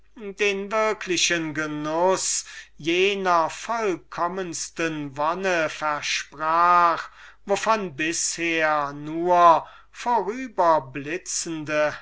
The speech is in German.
den wirklichen genuß dieser vollkommensten wonne versprach wovon bisher nur